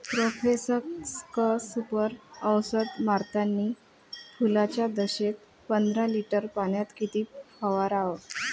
Profex Super औषध मारतानी फुलाच्या दशेत पंदरा लिटर पाण्यात किती फवाराव?